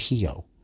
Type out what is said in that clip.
Pio